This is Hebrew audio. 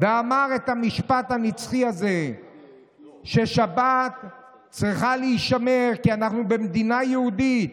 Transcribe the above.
ואמר את המשפט הנצחי הזה ששבת צריכה להישמר כי אנחנו במדינה יהודית.